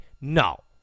No